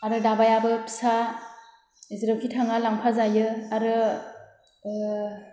आरो दाबायाबो फिसा जेरावखि थाङा लांफा जायो आरो